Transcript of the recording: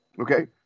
okay